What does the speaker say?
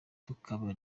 tukaba